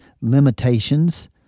limitations